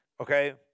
Okay